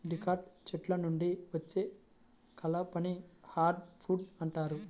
dicot చెట్ల నుండి వచ్చే కలపని హార్డ్ వుడ్ అంటారు